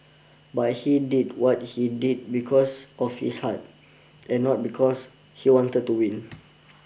but he did what he did because of his heart and not because he wanted to win